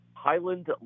Highland